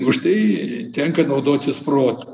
už tai tenka naudotis protu